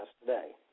today